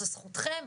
זו זכותכם,